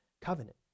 covenant